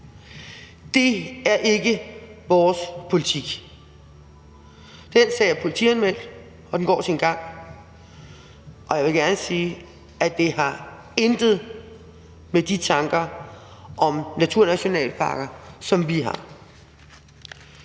Det er ikke vores politik. Den sag er politianmeldt, og den går sin gang, og jeg vil gerne sige, at det intet har at gøre med de tanker om naturnationalparker, som vi har.